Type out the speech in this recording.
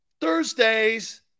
thursdays